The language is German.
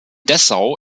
dessau